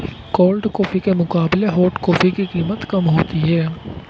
cold coffee के मुकाबले hot coffee की कीमत कम होती है